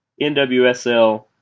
NWSL